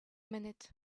minute